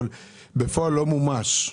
אבל בפועל לא מומש.